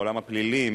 מעולם הפלילים,